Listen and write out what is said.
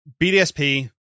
BDSP